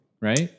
right